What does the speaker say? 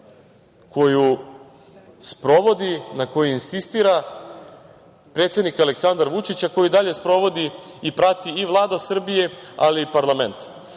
koju sprovodi, na kojoj insistira predsednik Aleksandar Vučić, a koju i dalje sprovodi i prati Vlada Srbije, ali i parlament. Nadam